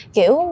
Kiểu